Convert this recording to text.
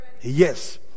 yes